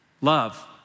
Love